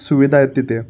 सुविधा आहेत तिथे